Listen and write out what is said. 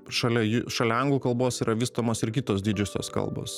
šalia šalia anglų kalbos yra vystomos ir kitos didžiosios kalbos